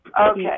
Okay